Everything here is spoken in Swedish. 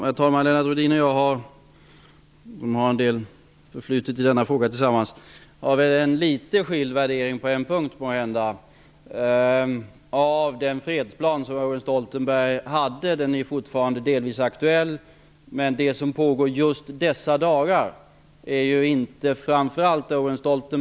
Herr talman! Lennart Rohdin och jag har tillsammans en del förflutet i denna fråga. Vi har måhända litet skilda värderingar på en punkt. Owen-Stoltenbergs fredsplan är fortfarande aktuell delvis. Det som pågår i dessa dagar hänför sig dock inte främst till denna plan.